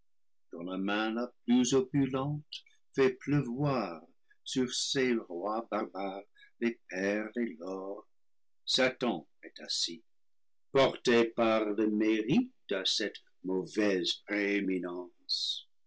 plus opulente fait pleuvoir sur ses rois barbares les perles et l'or satan est assis porté par le mérite à cette mauvaise prééminence